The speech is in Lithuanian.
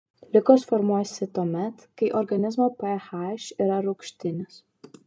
ligos formuojasi tuomet kai organizmo ph yra rūgštinis